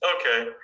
Okay